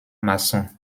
masson